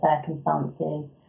circumstances